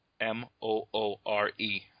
m-o-o-r-e